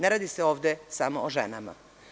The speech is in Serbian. Ne radi se ovde samo o ženama.